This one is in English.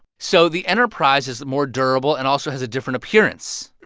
so the enterprise is more durable and also has a different appearance.